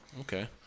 Okay